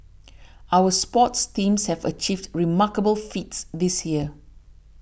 our sports teams have achieved remarkable feats this year